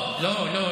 לא, לא, לא.